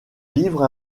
livre